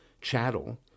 chattel